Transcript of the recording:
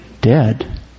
dead